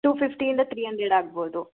to ಫಿಫ್ಟಿಯಿಂದ three hundred ಆಗ್ಬೌದು